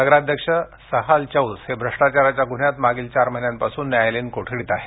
नगराध्यक्ष सहाल चाऊस हे भ्रष्टाचाराच्या गुन्ह्यात मागील चार महिन्या पासून न्यायालयीन कोठडीत आहेत